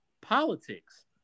politics